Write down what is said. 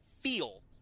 feel